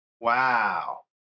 Wow